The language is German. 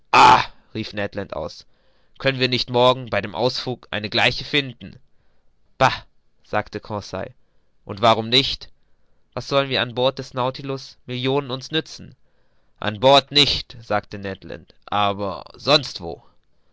rief ned land könnten wir nicht morgen bei dem ausflug eine gleiche finden bah sagte conseil und warum nicht was sollen an bord des nautilus millionen uns nützen an bord nicht sagte ned land aber sonst